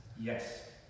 Yes